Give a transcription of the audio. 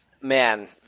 man